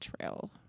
trail